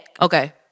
Okay